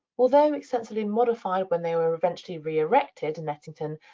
although extensively modified when they were eventually re-erected in ettington,